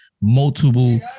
multiple